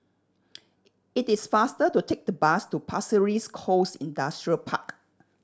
it is faster to take the bus to Pasir Ris Coast Industrial Park